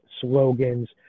slogans